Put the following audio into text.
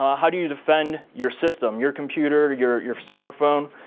ah how do you defend your system your computer, your your smartphone?